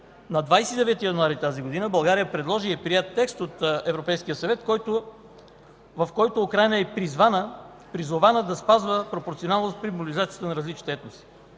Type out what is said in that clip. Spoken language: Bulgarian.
на 29 януари тази година България предложи и е приет текст от Европейския съвет, в който Украйна е призована да спазва пропорционалност при мобилизацията на различните етноси.